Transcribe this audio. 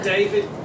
David